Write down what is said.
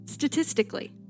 Statistically